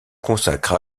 consacre